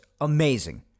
amazing